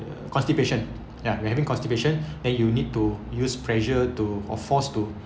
constipation ya when having constipation then you need to use pressure to or forced to